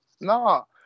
No